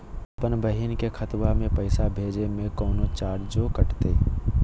अपन बहिन के खतवा में पैसा भेजे में कौनो चार्जो कटतई?